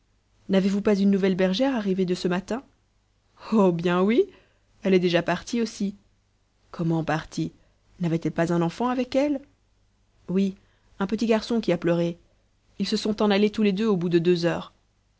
n'avez-vous pas une nouvelle bergère arrivée de ce matin oh bien oui elle est déjà partie aussi comment partie n'avait-elle pas un enfant avec elle oui un petit garçon qui a pleuré ils se sont en allés tous les deux au bout de deux heures